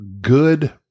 good